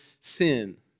sin